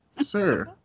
sir